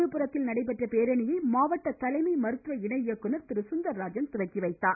விழுப்புரத்தில் நடைபெற்ற பேரணியை மாவட்ட தலைமை மருத்துவ இணை இயக்குநர் திரு சுந்தர்ராஜன் துவக்கிவைத்தார்